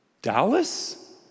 Dallas